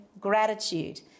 gratitude